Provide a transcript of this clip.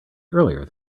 earlier